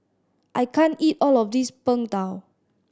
I can't eat all of this Png Tao